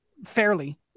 Fairly